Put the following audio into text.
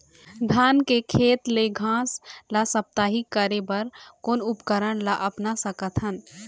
धान के खेत ले घास ला साप्ताहिक करे बर कोन उपकरण ला अपना सकथन?